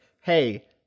hey